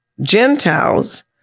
Gentiles